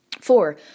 Four